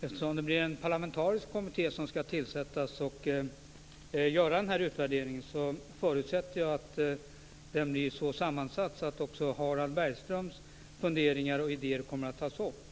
Fru talman! Eftersom det skall tillsättas en parlamentarisk kommitté som skall göra denna utvärdering förutsätter jag att den blir så sammansatt att också Harald Bergströms funderingar och idéer kommer att tas upp.